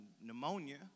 pneumonia